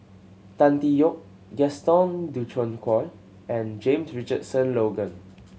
Tan Tee Yoke Gaston Dutronquoy and James Richardson Logan